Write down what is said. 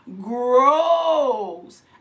grows